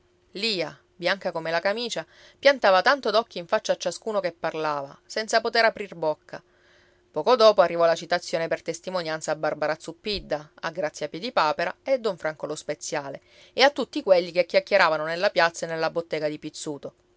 lia bianca come la camicia piantava tanto d'occhi in faccia a ciascuno che parlava senza potere aprir bocca poco dopo arrivò la citazione per testimonianza a barbara zuppidda a grazia piedipapera e don franco lo speziale e a tutti quelli che chiacchieravano nella piazza e nella bottega di pizzuto